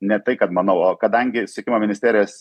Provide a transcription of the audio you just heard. ne tai kad manau o kadangi susisiekimo ministerijos